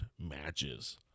matches